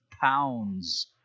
pounds